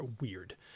weird